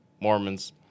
Mormons